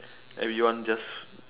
everyone just